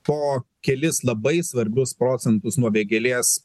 po kelis labai svarbius procentus nuo vėgėlės